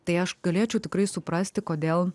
tai aš galėčiau tikrai suprasti kodėl